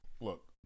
look